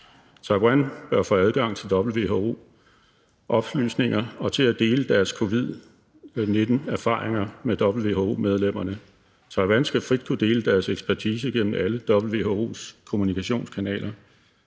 Taiwan bør få adgang til WHO's oplysninger og til at dele deres covid-19-erfaringer med WHO-medlemmerne. Taiwan skal frit kunne dele deres ekspertise gennem alle WHO's kommunikationskanaler.